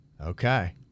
Okay